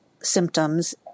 symptoms